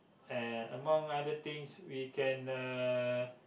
and among other things we can uh